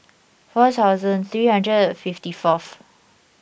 four thousand three hundred and fifty fourth